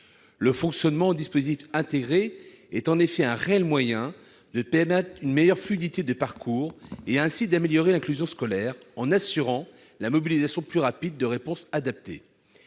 Le fonctionnement en dispositif intégré est en effet un réel moyen de permettre une meilleure fluidité des parcours et, ainsi, d'améliorer l'inclusion scolaire, en assurant la mobilisation plus rapide de réponses adaptées.